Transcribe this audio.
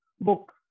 book